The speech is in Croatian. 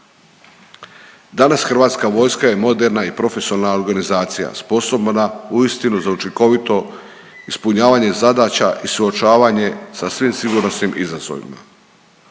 Danas hrvatska vojska je moderna i profesionalna organizacija, sposobna uistinu za učinkovito ispunjavanje zadaća i suočavanje sa svim sigurnosnim izazovima.